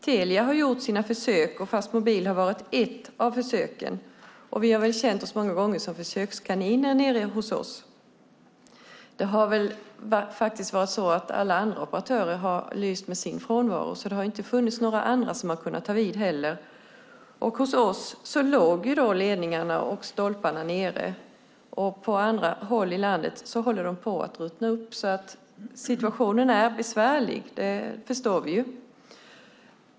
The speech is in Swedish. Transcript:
Telia har gjort sina försök, och fastmobil har varit ett av försöken. Vi har många gånger känt oss som försökskaniner nere hos oss. Andra operatörer har lyst med sin frånvaro, så det har inte funnits några andra som har kunnat ta vid heller. Hos oss låg ledningarna och stolparna nere, och på andra håll i landet håller de på att ruttna. Att situationen är besvärlig förstår vi alltså.